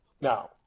Now